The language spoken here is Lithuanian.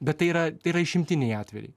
bet tai yra tai yra išimtiniai atvejai